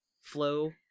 flow